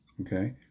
Okay